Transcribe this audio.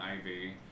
Ivy